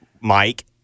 Mike